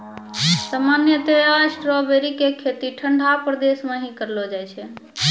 सामान्यतया स्ट्राबेरी के खेती ठंडा प्रदेश मॅ ही करलो जाय छै